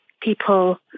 people